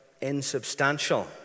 insubstantial